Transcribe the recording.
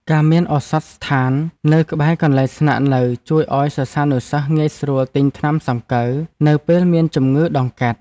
ការមានឱសថស្ថាននៅក្បែរកន្លែងស្នាក់នៅជួយឱ្យសិស្សានុសិស្សងាយស្រួលទិញថ្នាំសង្កូវនៅពេលមានជំងឺដង្កាត់។